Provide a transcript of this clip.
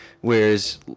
whereas